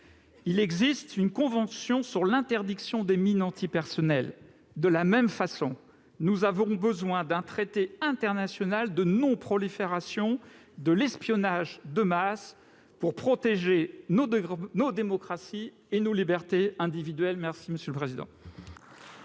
Il existe une convention sur l'interdiction des mines antipersonnel ; de la même façon, nous avons besoin d'un traité international de non-prolifération de l'espionnage de masse pour protéger nos démocraties et nos libertés individuelles. La parole est